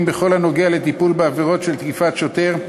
בכל הקשור לטיפול בעבירות של תקיפת שוטר,